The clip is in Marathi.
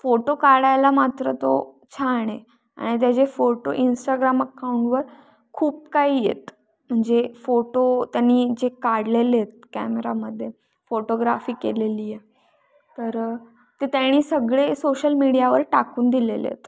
फोटो काढायला मात्र तो छान आहे आणि त्याचे फोटो इन्स्टाग्राम अकाउंटवर खूप काही आहेत म्हणजे फोटो त्यांनी जे काढलेले आहेत कॅमेरामध्ये फोटोग्राफी केलेली आहे तर ते त्यांनी सगळे सोशल मीडियावर टाकून दिलेले आहेत